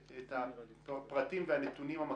הפרטים והנתונים המקיפים.